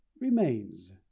remains